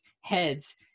heads